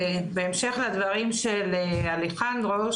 ובהמשך לדברים של אלחנדרו,